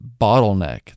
bottleneck